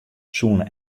soene